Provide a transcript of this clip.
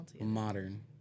Modern